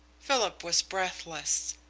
philip was breathless.